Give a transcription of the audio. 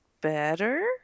better